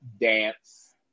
dance